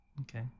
okay